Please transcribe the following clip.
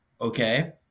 okay